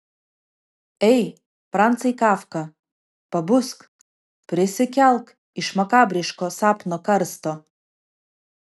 ei francai kafka pabusk prisikelk iš makabriško sapno karsto